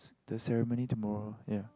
the ceremony tomorrow ya